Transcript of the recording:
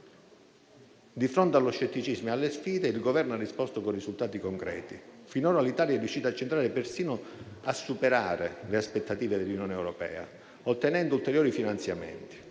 Di fronte allo scetticismo e alle sfide, il Governo ha risposto con risultati concreti. Finora l'Italia è riuscita a centrare e persino a superare le aspettative dell'Unione europea, ottenendo ulteriori finanziamenti,